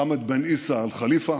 חמד בן עיסא אאל ח'ליפה,